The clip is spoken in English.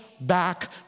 back